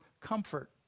comfort